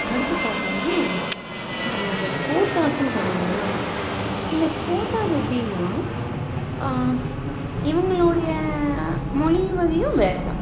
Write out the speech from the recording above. அடுத்து பார்த்தீங்கனா நம்ம அந்த கோத்தாஸுனு சொன்னேன் இல்லைங்களா இந்த கோத்தாஸ் எப்படின்னா இவங்களுடைய மொழி வழியும் வேறே தான்